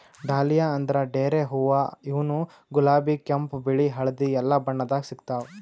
dahlia ಅಂದ್ರ ಡೇರೆ ಹೂವಾ ಇವ್ನು ಗುಲಾಬಿ ಕೆಂಪ್ ಬಿಳಿ ಹಳ್ದಿ ಎಲ್ಲಾ ಬಣ್ಣದಾಗ್ ಸಿಗ್ತಾವ್